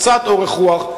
קצת אורך רוח,